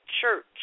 church